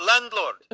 landlord